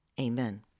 Amen